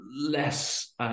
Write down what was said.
less